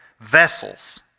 vessels